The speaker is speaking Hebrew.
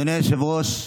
אדוני היושב-ראש,